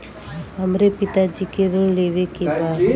हमरे पिता जी के ऋण लेवे के बा?